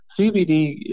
CBD